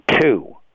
Two